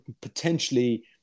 potentially